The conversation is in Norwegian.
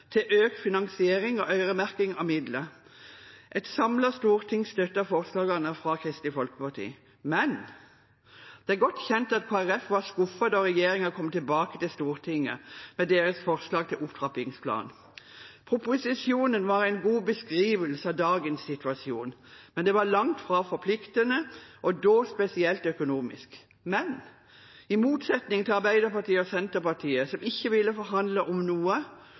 til økt finansiering og øremerking av midler. Et samlet storting støttet forslaget fra Kristelig Folkeparti. Det er godt kjent at Kristelig Folkeparti var skuffet da regjeringen kom tilbake til Stortinget med sitt forslag til opptrappingsplan. Proposisjonen var en god beskrivelse av dagens situasjon, men den var langt fra forpliktende, og spesielt ikke økonomisk. Men i motsetning til Arbeiderpartiet og Senterpartiet, som ikke ville forhandle om noe,